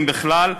אם בכלל,